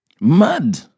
Mud